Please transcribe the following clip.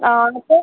हां ते